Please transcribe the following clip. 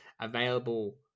available